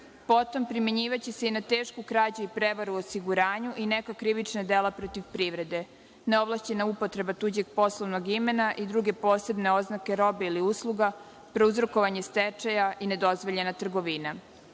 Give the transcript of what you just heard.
Potom primenjivaće se i na tešku krađu i prevaru u osiguranju i neka krivična dela protiv privrede, neovlašćena upotreba tuđeg poslovnog imena i druge posebne oznake robe ili usluga, prouzrokovanje stečaja i nedozvoljena